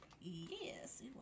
yes